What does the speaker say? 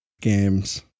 games